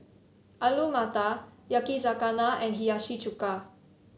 Alu Matar Yakizakana and Hiyashi Chuka